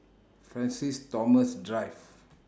Francis Thomas Drive